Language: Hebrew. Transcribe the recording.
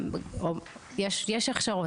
יש הכשרות,